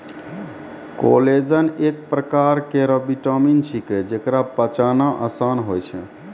collagen एक परकार केरो विटामिन छिकै, जेकरा पचाना आसान होय छै